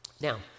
Now